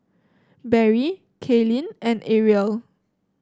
Barrie Kalyn and Arielle